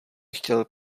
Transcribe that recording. chtěl